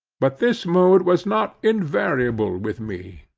but this mood was not invariable with me.